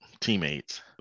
teammates